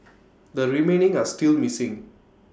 the remaining are still missing